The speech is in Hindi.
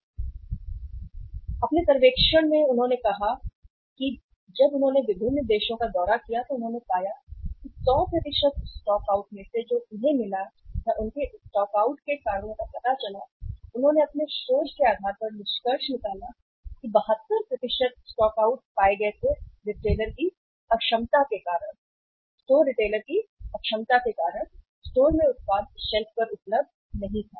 उन्होंने अपने सर्वेक्षण में कहा है कि जब उन्होंने विभिन्न देशों का दौरा किया तो उन्होंने पाया कि 100 स्टॉकआउट में से जो उन्हें मिला या उनके स्टॉकआउट के कारणों का पता चला उन्होंने अपने शोध के आधार पर निष्कर्ष निकाला कि 72 स्टॉकआउट पाए गए थे रिटेलर की अक्षमता के कारण स्टोर रिटेलर की अक्षमता के कारण स्टोर में उत्पाद शेल्फ पर उपलब्ध नहीं था